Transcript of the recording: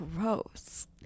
Gross